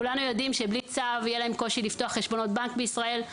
כולנו יודעים שבלי צו יהיה להם קושי לפתוח חשבונות בנק בישראל.